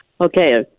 Okay